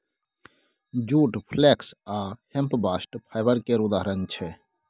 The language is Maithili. जुट, फ्लेक्स आ हेम्प बास्ट फाइबर केर उदाहरण छै